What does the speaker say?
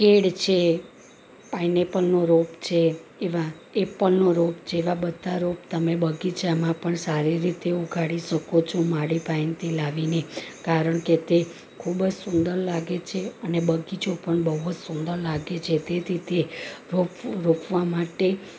કેળ છે પાઈનેપલનો રોપ છે એવા એપલનો રોપ જેવા બધા રોપ તમે બગીચામાં પણ સારી રીતે ઉગાડી શકો છો માળી પાસેથી લાવીને કારણ કે તે ખૂબ જ સુંદર લાગે છે અને બગીચો પણ બહુ જ સુંદર લાગે છે જેથી તે રોપ રોપવા માટે